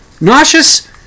nauseous